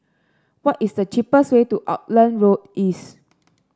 what is the cheapest way to Auckland Road East